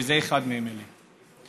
וזה אחד מהם, אלי.